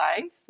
life